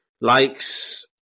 likes